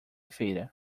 feira